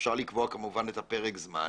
אפשר לקבוע כמובן את פרק הזמן,